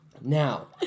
Now